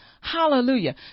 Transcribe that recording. Hallelujah